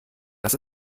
das